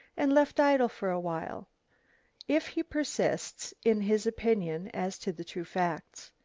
and left idle for a while if he persists in his opinion as to the true facts.